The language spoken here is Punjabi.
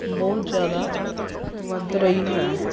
ਬਹੁਤ ਜ਼ਿਆਦਾ ਵੱਧ ਰਹੀ ਹੈ